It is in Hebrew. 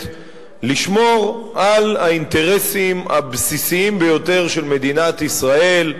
לשמור על האינטרסים הבסיסיים ביותר של מדינת ישראל,